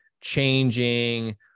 changing